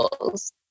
rules